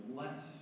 less